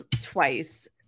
twice